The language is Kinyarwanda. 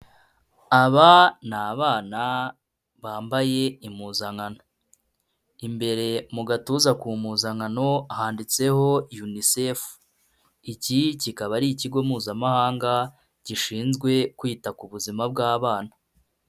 Aba ni abana bambaye impuzankano imbere mu gatuza ku mpuzankan handitseho yunisefu, iki kikaba ari ikigo mpuzamahanga gishinzwe kwita ku buzima bw'abana.